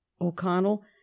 O'Connell